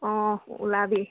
অঁ ওলাবি